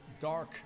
dark